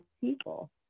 people